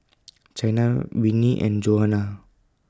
Chynna Winnie and Johannah